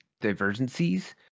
divergencies